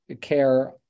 care